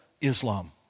Islam